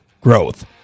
Growth